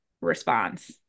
response